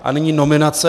A nyní nominace.